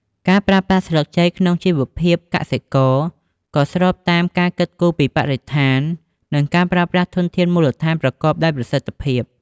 ការប្រើប្រាស់ស្លឹកចេកក្នុងជីវភាពកសិករ ក៏ស្របតាម ការគិតគូរពីបរិស្ថាន និងការប្រើប្រាស់ធនធានមូលដ្ឋានប្រកបដោយប្រសិទ្ធភាព។